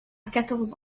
quatorze